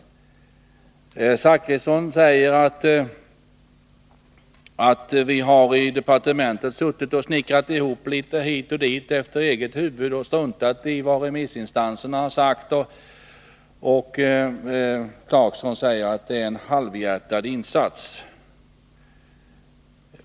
Bertil Zachrisson säger att vi i departementet har snickrat ihop propositionen efter eget huvud och struntat i vad remissinstanserna sagt. Rolf Clarkson säger att vi gjort en halvhjärtad insats.